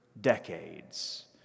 decades